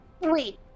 Wait